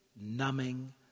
numbing